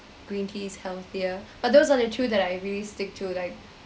green tea's healthier but those are the two that I really stick to like